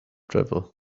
travel